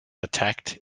attacked